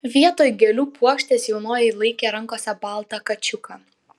vietoj gėlių puokštės jaunoji laikė rankose baltą kačiuką